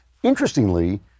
Interestingly